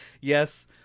Yes